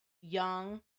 young